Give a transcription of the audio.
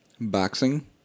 Boxing